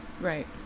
Right